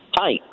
Hi